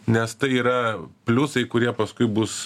nes tai yra pliusai kurie paskui bus